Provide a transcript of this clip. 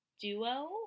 Duo